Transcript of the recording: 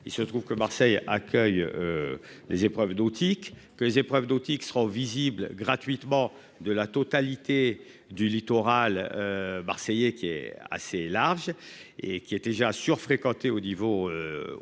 Il se trouve que Marseille accueille. Les épreuves de. Que les épreuves nautiques seront visibles gratuitement de la totalité du littoral. Marseillais qui est assez large et qui était déjà sur fréquenté au niveau